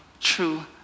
true